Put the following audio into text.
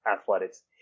athletics